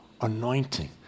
anointing